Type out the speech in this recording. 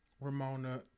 Ramona